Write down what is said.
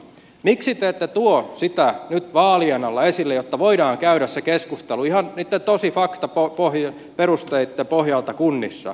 miksi te ette tuo sitä nyt vaalien alla esille jotta voidaan käydä se keskustelu ihan niitten faktaperusteitten pohjalta kunnissa